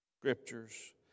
Scriptures